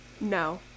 No